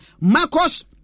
Marcos